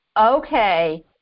okay